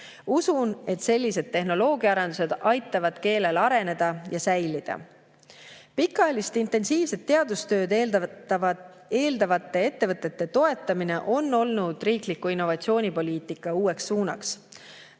Usun, et sellised tehnoloogiaarendused aitavad keelel areneda ja säilida. Pikaajalist intensiivset teadustööd eeldavate ettevõtete toetamine on olnud riikliku innovatsioonipoliitika uus suund.